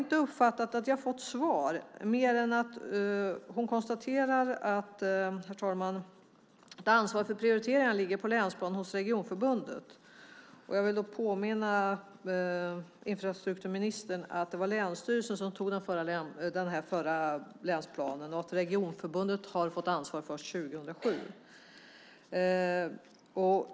Jag uppfattade inte att jag fick något svar mer än att statsrådet konstaterar att ansvaret för prioriteringar ligger på länsplanet hos regionförbundet. Jag vill påminna infrastrukturministern om att det var länsstyrelsen som antog den förra länsplanen och att regionförbundet har fått ansvaret först 2007.